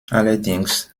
allerdings